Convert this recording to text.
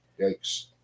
Yikes